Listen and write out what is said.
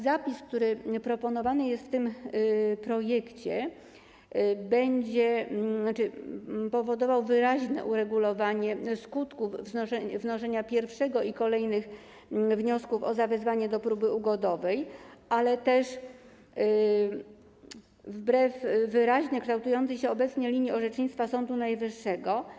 Zapis, który proponowany jest w tym projekcie, będzie powodował wyraźne uregulowanie skutków wnoszenia pierwszego i kolejnych wniosków o zawezwanie do próby ugodowej, ale też wbrew wyraźnie kształtującej się obecnie linii orzecznictwa Sądu Najwyższego.